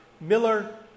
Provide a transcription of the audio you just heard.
Miller